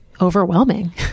Overwhelming